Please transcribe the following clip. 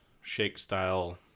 shake-style